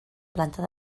planta